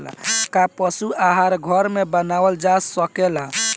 का पशु आहार घर में बनावल जा सकेला?